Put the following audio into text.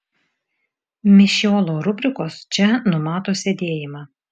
mišiolo rubrikos čia numato sėdėjimą